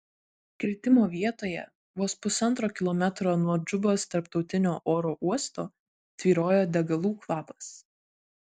kritimo vietoje vos pusantro kilometro nuo džubos tarptautinio oro uosto tvyrojo degalų kvapas